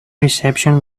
reception